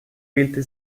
wählte